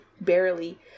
barely